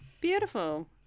Beautiful